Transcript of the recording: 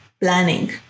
planning